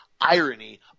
irony